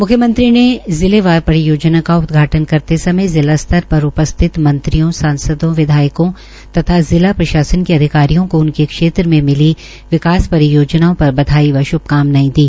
म्ख्यमंत्री ने जिले वार परियोजनाओं का उदघाटन करते समय जिला स्तर पर उपस्थित मंत्रियों सांसदों विधायकों तथा जिला प्रशासन के अधिकारियों को उनके क्षेत्र में मिली विकास परियोजनाओं पर बधाई व श्भकामनायें दी